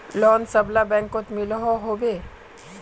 Loan सबला बैंकोत मिलोहो होबे?